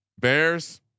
Bears